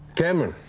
cameron.